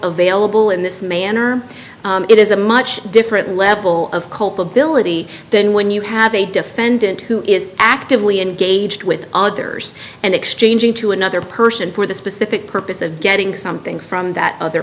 available in this manner it is a much different level of culpability than when you have a defendant who is actively engaged with others and exchanging to another person for the specific purpose of getting something from that other